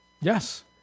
Yes